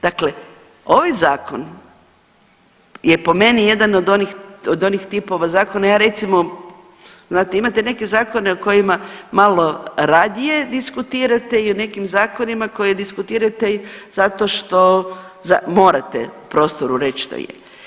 Dakle, ovaj zakon je po meni jedan od onih tipova zakona, ja recimo znate imate neke zakone o kojima malo radije diskutirate i o nekim zakonima koje diskutirate zato što morate prostor uredit što je.